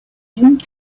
unes